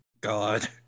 God